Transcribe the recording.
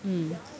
mm